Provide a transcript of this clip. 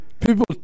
people